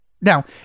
Now